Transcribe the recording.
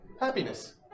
Happiness